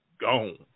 gone